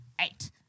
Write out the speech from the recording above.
Eight